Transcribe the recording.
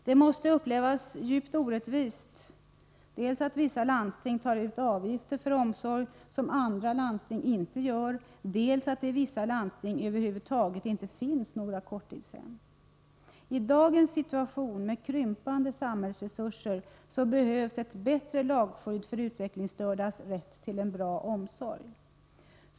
Det måste upplevas som djupt orättvist dels att vissa landsting tar ut avgifter för omsorg medan andra inte gör det, dels att det i vissa landsting inte finns några korttidshem över huvud taget. I dagens situation med krympande samhällsresurser behövs ett bättre lagskydd för utvecklingsstördas rätt till en bra omsorg.